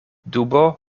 dubo